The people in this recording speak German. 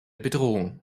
bedrohung